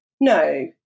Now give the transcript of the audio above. No